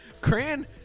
Cran